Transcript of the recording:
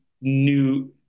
new